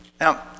Now